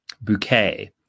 bouquet